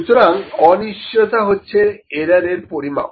সুতরাং অনিশ্চিয়তা হচ্ছে এরর এর পরিমাপ